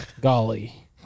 Golly